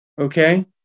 Okay